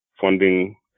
funding